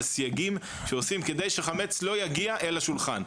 סייגים שעושים כדי שחמץ לא יגיע אל השולחן.